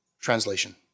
Translation